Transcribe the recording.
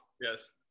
yes